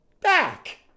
back